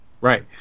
Right